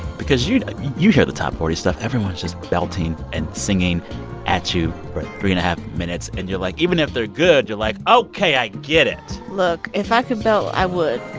because you you hear the top forty stuff everyone's just belting and singing at you for three and a half minutes. and you're like even if they're good, you're like, ok, i get it look. if i could belt, i would,